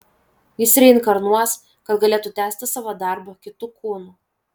jis reinkarnuos kad galėtų tęsti savo darbą kitu kūnu